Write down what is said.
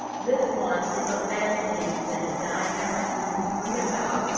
this one is a fascinating thing that i have my students read about.